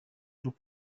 nabi